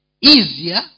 easier